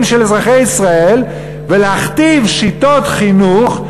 של אזרחי ישראל ולהכתיב שיטות חינוך,